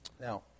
Now